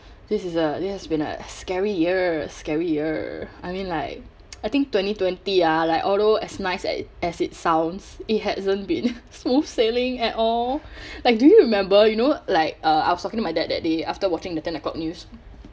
this is a this has been a scary year scary year I mean like I think twenty twenty ah like although as nice a~ as it sounds it hasn't been smooth sailing at all like do you remember you know like uh I was talking to my dad that day after watching the ten o'clock news